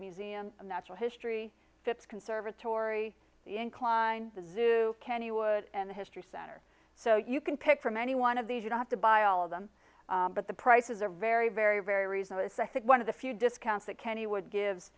museum of natural history fits conservatory incline the zoo kennywood and history center so you can pick from any one of these you don't have to buy all of them but the prices are very very very reasonable as i think one of the few discounts that kennywood gives